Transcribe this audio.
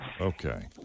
Okay